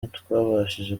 ntitwabashije